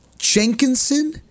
Jenkinson